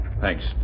Thanks